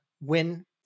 win